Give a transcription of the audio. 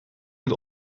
met